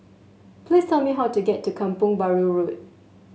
please tell me how to get to Kampong Bahru Road